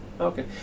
okay